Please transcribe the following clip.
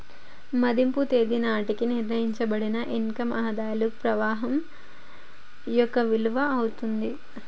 మదింపు తేదీ నాటికి నిర్ణయించబడిన ఇన్ కమ్ ఆదాయ ప్రవాహం యొక్క విలువ అయితాది